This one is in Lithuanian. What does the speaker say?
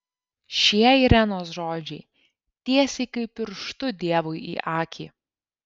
šie irenos žodžiai tiesiai kaip pirštu dievui į akį